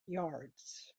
yards